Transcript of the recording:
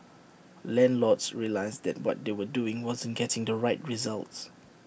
landlords realised that what they were doing wasn't getting the right results